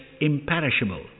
imperishable